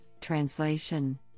translation